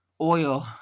oil